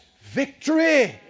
victory